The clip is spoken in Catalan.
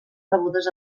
rebudes